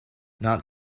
not